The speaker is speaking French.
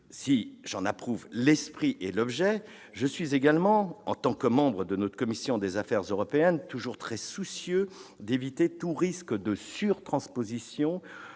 Si j'en approuve l'esprit et l'objet, je suis également, comme membre de notre commission des affaires européennes, très soucieux d'éviter tout risque de sur-transposition,